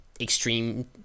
extreme